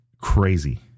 crazy